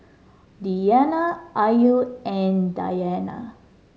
Diyana Ayu and Dayana